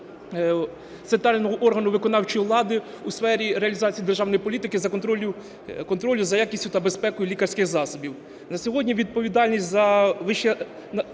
центрального органу виконавчої влади у сфері реалізації державної політики контролю за якістю та безпекою лікарських засобів.